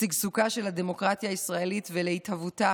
לשגשוגה של הדמוקרטיה הישראלית ולהתהוותה